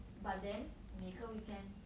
but then 每个 weekend